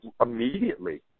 immediately